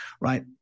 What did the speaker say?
Right